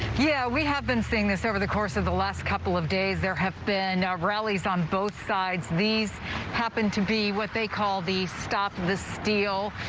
yeah we have been seeing this over the course of the last couple of days there have been rallies on both sides of these happened to be what they call the stop the steal.